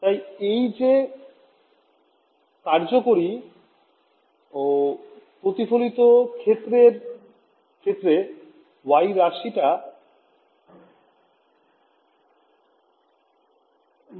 তাই এই যে কার্যকরী ও প্রতিফলিত ক্ষেত্রের ক্ষেত্রে y রাশি টা বাদ চলে যাবে